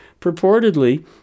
purportedly